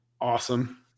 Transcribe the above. awesome